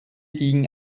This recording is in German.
ging